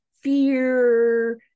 fear